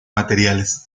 materiales